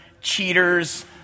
cheaters